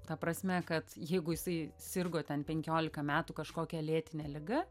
ta prasme kad jeigu jisai sirgo ten penkiolika metų kažkokia lėtine liga